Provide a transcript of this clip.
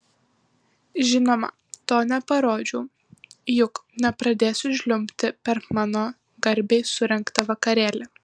žinoma to neparodžiau juk nepradėsiu žliumbti per mano garbei surengtą vakarėlį